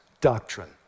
doctrine